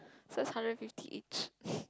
so hundred fifty each